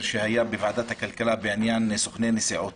שהיה בוועדת הכלכלה בעניין סוכני נסיעות